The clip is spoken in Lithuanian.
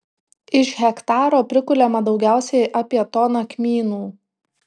iš hektaro prikuliama daugiausiai apie toną kmynų